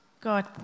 God